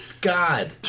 god